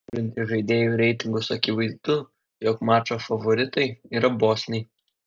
žiūrint į žaidėjų reitingus akivaizdu jog mačo favoritai yra bosniai